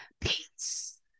peace